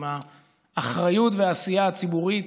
עם האחריות והעשייה הציבורית,